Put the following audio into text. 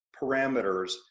parameters